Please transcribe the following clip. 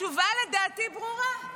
התשובה לדעתי ברורה,